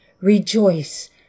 Rejoice